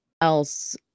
else